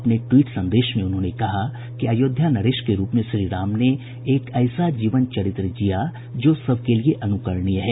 अपने ट्वीट संदेश में उन्होंने कहा कि अयोध्या नरेश के रूप में श्रीराम ने एक ऐसा जीवन चरित्र जिया जो सबके लिए अन्करणीय है